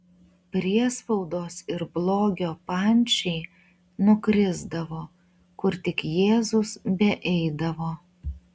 priespaudos ir blogio pančiai nukrisdavo kur tik jėzus beeidavo